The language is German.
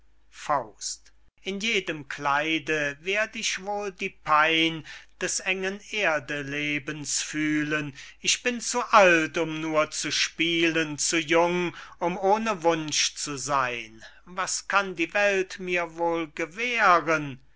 sey in jedem kleide werd ich wohl die pein des engen erdelebens fühlen ich bin zu alt um nur zu spielen zu jung um ohne wunsch zu seyn was kann die welt mir wohl gewähren